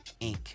inc